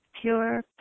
pure